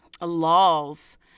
laws